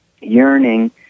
yearning